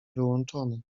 wyłączony